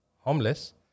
homeless